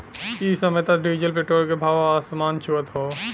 इ समय त डीजल पेट्रोल के भाव आसमान छुअत हौ